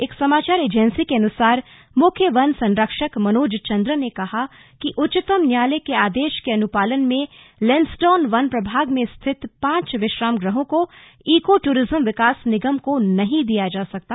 एक समाचार एजेंसी के अनुसार मुख्य वन संरक्षक मनोज चंद्रन ने कहा कि उच्चतम न्यायालय के आदेश के अनुपालन में लैंसडॉन वन प्रभाग में स्थित पांच विश्राम गृहों को इको टूरिज्म विकास निगम को नहीं दिया जा सकता